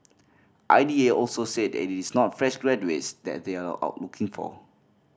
I D A also said it is not fresh graduates that they are out looking for